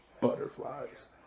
Butterflies